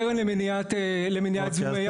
הקרן למניעת זיהומי ים היא קרן גרעונית --- אוקיי,